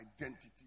identity